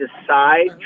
decide